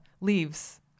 leaves